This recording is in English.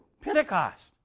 Pentecost